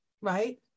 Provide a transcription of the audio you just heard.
right